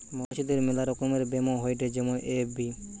মৌমাছিদের মেলা রকমের ব্যামো হয়েটে যেমন এ.এফ.বি